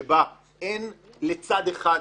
שבה אין עדיפות לצד אחד.